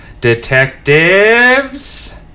Detectives